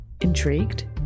Intrigued